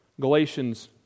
Galatians